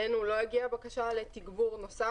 אלינו לא הגיעה בקשה לתגבור נוסף.